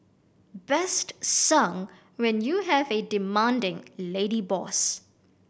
best sung when you have a demanding lady boss